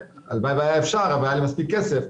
הלוואי והיה אפשר, הלוואי והיה מספיק כסף.